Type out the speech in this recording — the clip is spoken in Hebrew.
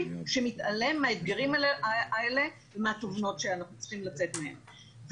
שמתעלם מהאתגרים האלה ומהתובנות שאנחנו צריכים לצאת מהם.